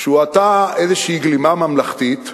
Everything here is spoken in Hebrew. שבו הוא עטה איזו גלימה ממלכתית והסביר: